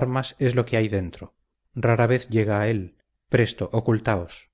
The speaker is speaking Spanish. armas es lo que hay dentro rara vez llega a él presto ocultaos